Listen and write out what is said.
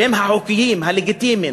שהם החוקיים, הלגיטימיים,